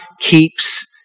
keeps